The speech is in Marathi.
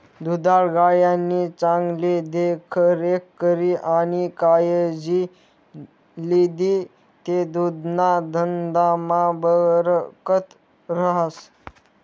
दुधाळ गायनी चांगली देखरेख करी आणि कायजी लिदी ते दुधना धंदामा बरकत रहास